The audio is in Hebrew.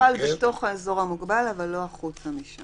הוא יוכל בתוך האזור המוגבל אבל לא החוצה ממנו.